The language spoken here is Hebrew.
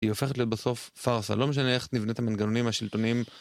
היא הופכת להיות בסוף פרסה, לא משנה איך נבנה את המנגנונים השלטוניים.